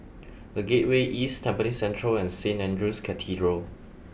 the Gateway East Tampines Central and Saint Andrew's Cathedral